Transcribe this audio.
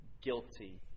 guilty